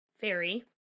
Fairy